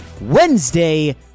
Wednesday